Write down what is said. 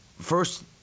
first